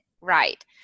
right